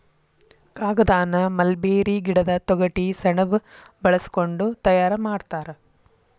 ಕಾಗದಾನ ಮಲ್ಬೇರಿ ಗಿಡದ ತೊಗಟಿ ಸೆಣಬ ಬಳಸಕೊಂಡ ತಯಾರ ಮಾಡ್ತಾರ